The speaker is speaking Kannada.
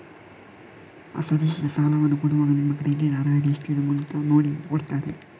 ಅಸುರಕ್ಷಿತ ಸಾಲವನ್ನ ಕೊಡುವಾಗ ನಿಮ್ಮ ಕ್ರೆಡಿಟ್ ಅರ್ಹತೆ ಎಷ್ಟಿದೆ ಅಂತ ನೋಡಿ ಕೊಡ್ತಾರೆ